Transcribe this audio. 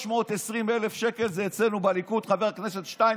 320,000 שקל זה אצלנו בליכוד, חבר הכנסת שטייניץ,